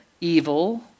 evil